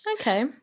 Okay